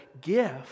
gift